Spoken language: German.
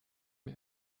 mir